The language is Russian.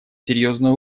серьезную